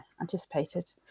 anticipated